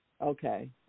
Okay